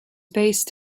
based